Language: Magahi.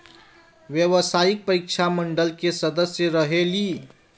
व्यावसायिक परीक्षा मंडल के सदस्य रहे ली?